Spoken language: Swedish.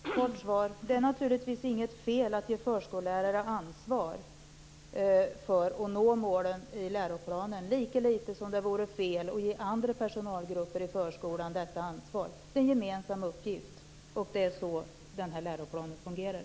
Fru talman! Jag skall ge ett kort svar. Det är naturligtvis inget fel att ge förskollärare ansvar för att nå målen i läroplanen, lika litet som det vore fel att ge andra personalgrupper i förskolan detta ansvar. Det är en gemensam uppgift. Det är så den här läroplanen fungerar.